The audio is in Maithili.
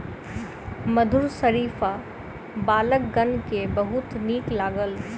मधुर शरीफा बालकगण के बहुत नीक लागल